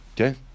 Okay